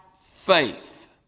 faith